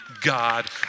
God